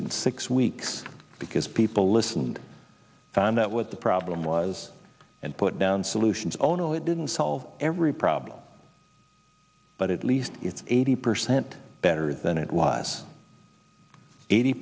did six weeks because people listened and found out what the problem was and put down solutions oh no it didn't solve every problem but at least it's eighty percent better than it was eighty